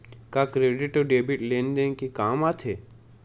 का क्रेडिट अउ डेबिट लेन देन के काम आथे?